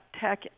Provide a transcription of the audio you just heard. tech